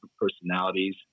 personalities